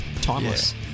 Timeless